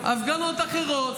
הפגנות אחרות,